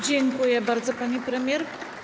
Dziękuję bardzo, pani premier.